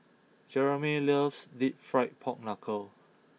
Jeramie loves Deep Fried Pork Knuckle